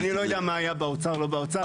אני לא יודע מה היה באוצר, לא באוצר.